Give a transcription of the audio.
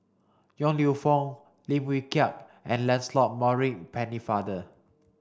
Yong Lew Foong Lim Wee Kiak and Lancelot Maurice Pennefather